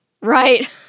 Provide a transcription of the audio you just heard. Right